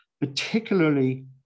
particularly